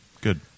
good